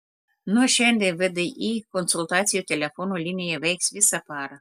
nuo šiandien vdi konsultacijų telefonu linija veiks visą parą